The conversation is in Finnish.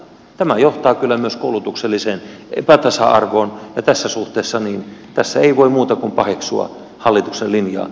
tämä johtaa kyllä myös koulutukselliseen epätasa arvoon ja tässä suhteessa tässä ei voi muuta kuin paheksua hallituksen linjaa